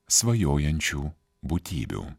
svajojančių būtybių